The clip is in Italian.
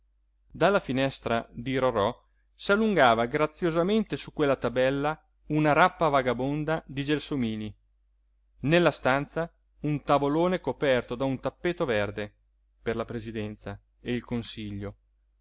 dalla finestra di rorò s'allungava graziosamente su quella tabella una rappa vagabonda di gelsomini nella stanza un tavolone coperto da un tappeto verde per la presidenza e il consiglio